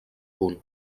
punt